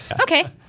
Okay